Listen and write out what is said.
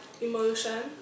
emotion